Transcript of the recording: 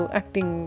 acting